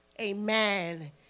amen